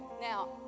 now